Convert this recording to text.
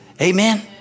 Amen